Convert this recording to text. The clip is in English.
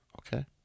Okay